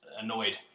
annoyed